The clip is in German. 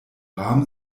rahm